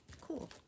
Cool